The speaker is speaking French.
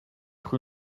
cru